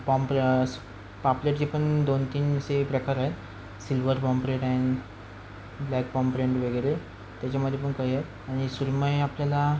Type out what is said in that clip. pomp पापलेटचे पण दोन तीन असे प्रकार आहेत सिल्वर पॉम्परेट आहे ब्लॅक पॉम्परेंट वगैरे त्याच्यामध्ये पण काही आहेत आणि सुरमई आपल्याला